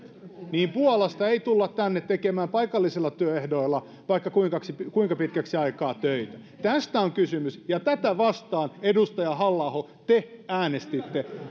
niin puolasta ei tulla tänne tekemään niillä työehdoilla vaikka kuinka kuinka pitkäksi aikaa töitä tästä on kysymys ja tätä vastaan edustaja halla aho te äänestitte